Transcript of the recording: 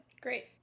Great